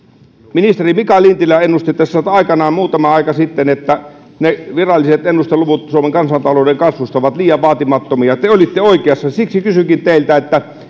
ministeri mika lintilä ennusti tässä nyt muutama aika sitten että ne viralliset ennusteluvut suomen kansantalouden kasvusta ovat liian vaatimattomia te olitte oikeassa siksi kysynkin teiltä